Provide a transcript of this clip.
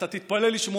אתה תתפלא לשמוע,